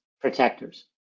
protectors